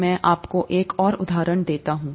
मैं आपको एक और उदाहरण देता हूं